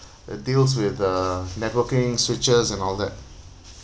it deals with uh networking switches and all that